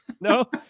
No